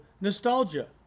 nostalgia